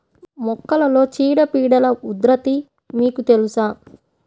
మొక్కలలో చీడపీడల ఉధృతి మీకు తెలుసా?